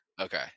okay